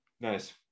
Nice